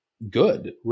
good